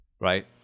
Right